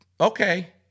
okay